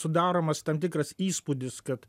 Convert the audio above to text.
sudaromas tam tikras įspūdis kad